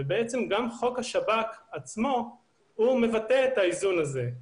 גם חוק השב"כ עצמו מבטא את האיזון הזה.